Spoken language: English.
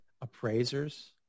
appraisers